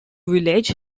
village